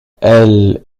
elle